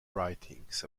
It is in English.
writings